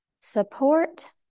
support